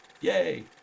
Yay